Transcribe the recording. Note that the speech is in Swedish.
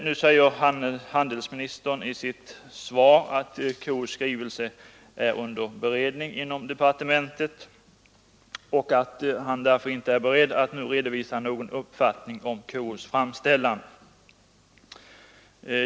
Nu säger handelsministern i sitt svar att konsumentombudsmannens skrivelse är under beredning inom departementet och att han därför inte är beredd att nu redovisa någon uppfattning om KO:s framställning.